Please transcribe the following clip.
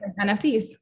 NFTs